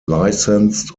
licensed